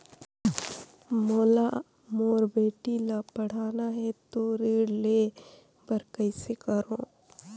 मोला मोर बेटी ला पढ़ाना है तो ऋण ले बर कइसे करो